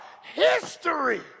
history